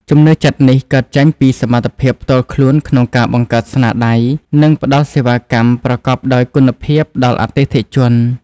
ជំនឿចិត្តនេះកើតចេញពីសមត្ថភាពផ្ទាល់ខ្លួនក្នុងការបង្កើតស្នាដៃ និងផ្តល់សេវាកម្មប្រកបដោយគុណភាពដល់អតិថិជន។